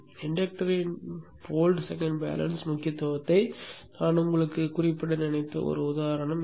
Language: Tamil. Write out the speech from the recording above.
இண்டக்டரின் வோல்ட் செகண்ட் பேலன்ஸ் முக்கியத்துவத்தை நான் உங்களுக்குக் குறிப்பிட நினைத்த ஒரு உதாரணம் இது